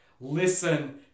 Listen